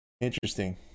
interesting